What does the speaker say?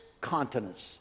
continents